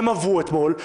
והם עברו אתמול,